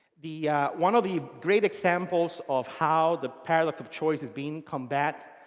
the one of the great examples of how the paradox of choice is being combat